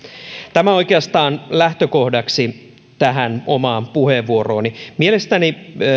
tämä oikeastaan lähtökohdaksi tähän omaan puheenvuorooni mielestäni